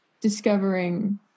discovering